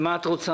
מה את רוצה?